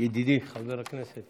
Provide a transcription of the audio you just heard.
ידידי חבר הכנסת